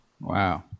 Wow